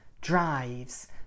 drives